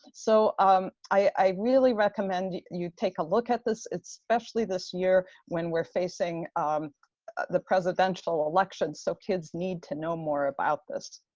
so um i really recommend you take a look at this, especially this year when we're facing the presidential election, so kids need to know more about this.